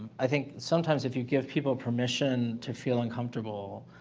i think, sometimes, if you give people permission to feel uncomfortable,